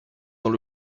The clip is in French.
dans